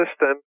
system